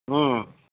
हा